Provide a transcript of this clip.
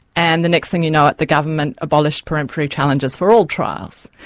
and the next thing you know, the government abolished peremptory challenges for all trials.